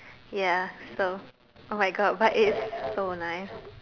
ya so !oh-my-God! but it's so nice